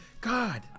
God